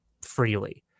freely